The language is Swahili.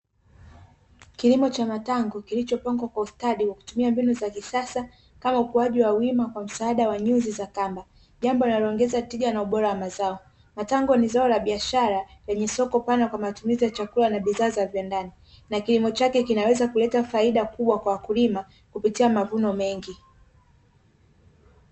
Kilimo cha matango kilichopangwa kwa ustadi kwa kutumia mbinu za kisasa kama ukuaji wa wima kwa msaada wa nyuzi za kamba, jambo linaloongeza tija na ubora wa mazao, matango ni zao la biashara lenye soko pana, kwa matumizi ya chakula na bidhaa za viwandani. Na kilimo chake kinaweza kuleta faida kubwa kwa wakulima, kupitia mavuno mengi.